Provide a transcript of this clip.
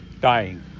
dying